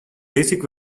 basic